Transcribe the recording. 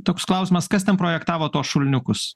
toks klausimas kas ten projektavo tuos šuliniukus